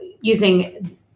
using